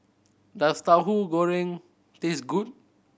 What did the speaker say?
does Tauhu Goreng taste good